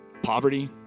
poverty